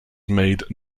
made